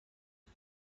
قوت